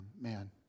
Man